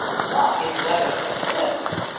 not in weather like this,